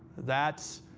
that's